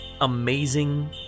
amazing